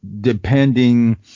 depending